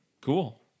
Cool